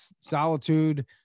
solitude